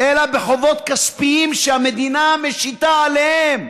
אלא בחובות כספיים שהמדינה משיתה עליהם,